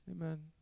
Amen